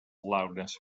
loudness